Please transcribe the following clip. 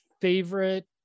favorite